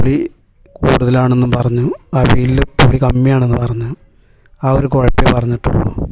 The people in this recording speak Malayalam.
പുളി കൂടുതൽ ആണെന്ന് പറഞ്ഞു അവിയലിൽ പുളി കമ്മിയാണെന്ന് പറഞ്ഞു ആ ഒരു കുഴപ്പമേ പറഞ്ഞിട്ടുളളൂ